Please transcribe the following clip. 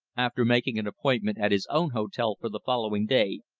after making an appointment at his own hotel for the following day,